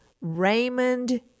Raymond